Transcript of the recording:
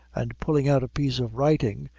and pulling out a piece of writing,